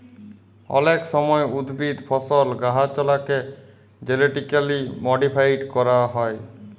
অলেক সময় উদ্ভিদ, ফসল, গাহাচলাকে জেলেটিক্যালি মডিফাইড ক্যরা হয়